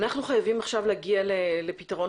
אנחנו חייבים להגיע עכשיו לפתרון